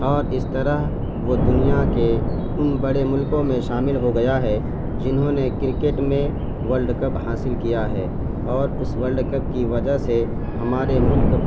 اور اس طرح وہ دنیا کے ان بڑے ملکوں میں شامل ہو گیا ہے جنہوں نے کرکٹ میں ورلڈ کپ حاصل کیا ہے اور اس ورلڈ کپ کی وجہ سے ہمارے ملک